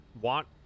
want